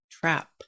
trap